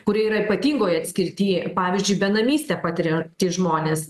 kurie yra ypatingoj atskirty pavyzdžiui benamystę patiriantys žmonės